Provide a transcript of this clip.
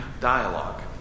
dialogue